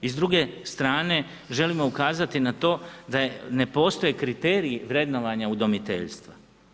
I s druge strane želimo ukazati na to da ne postoje kriteriji vrednovanja udomiteljstva.